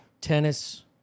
tennis